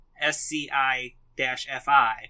sci-fi